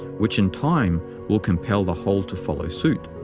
which in time will compel the whole to follow suit.